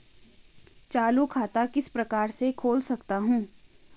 चालू खाता किस प्रकार से खोल सकता हूँ?